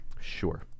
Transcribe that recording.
Sure